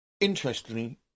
Interestingly